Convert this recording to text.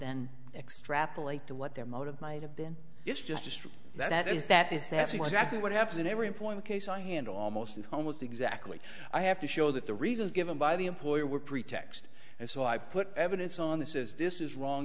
then extrapolate to what their motive might have been it's just that is that is that's exactly what happens in every important case i handle almost in home most exactly i have to show that the reasons given by the employer were pretext and so i put evidence on this is this is wrong